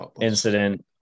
incident